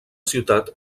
ciutat